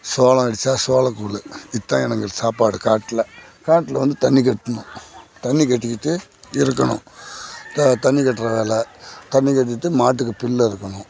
சோளம் அடிச்சால் சோளக்கூழு இதுதான் எனக்கு சாப்பாடு காட்டில் காட்டில் வந்து தண்ணி கட்டணும் தண்ணி கட்டிக்கிட்டு இருக்கணும் த தண்ணி கட்டுற வேலை தண்ணி கட்டிகிட்டு மாட்டுக்கு புல்லு அறுக்கணும்